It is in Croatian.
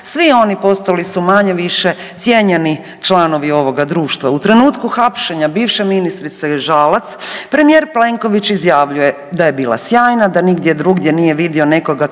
svi oni postali su manje-više cijenjeni članovi ovoga društva. U trenutku hapšenja bivše ministrice Žalac premijer Plenković izjavljuje da je bila sjajna, da nigdje drugdje nije vidio nekoga